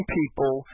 people